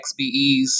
XBEs